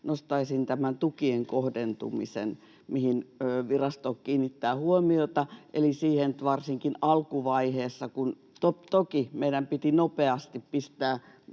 nostaisin tämän tukien kohdentumisen, mihin virasto kiinnittää huomiota, eli sen, että varsinkin alkuvaiheessa, kun toki meidän piti nopeasti pistää